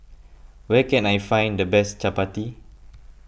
where can I find the best Chapati